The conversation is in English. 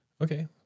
Okay